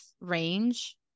range